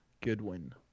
Goodwin